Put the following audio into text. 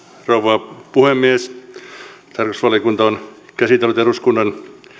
rouva puhemies tarkastusvaliokunta on käsitellyt eduskunnan